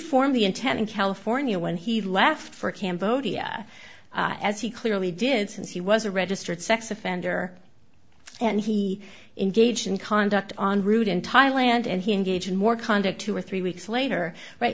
form the intent in california when he left for cambodia as he clearly did since he was a registered sex offender and he engaged in conduct on route in thailand and he engaged in more conduct two or three weeks later